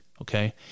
okay